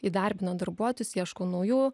įdarbina darbuotojus ieško naujų